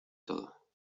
todo